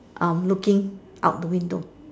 um looking out the window